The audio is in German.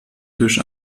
tisch